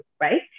right